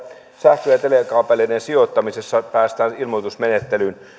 sähkö ja telekaapeleiden sijoittamisessa päästään ilmoitusmenettelyyn